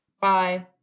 Bye